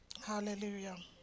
Hallelujah